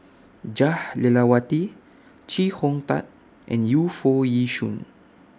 Jah Lelawati Chee Hong Tat and Yu Foo Yee Shoon